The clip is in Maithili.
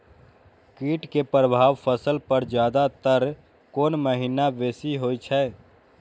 कीट के प्रभाव फसल पर ज्यादा तर कोन महीना बेसी होई छै?